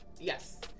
Yes